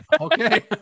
okay